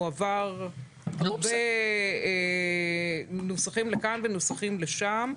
הוא עבר הרבה נוסחים לכאן ולשם.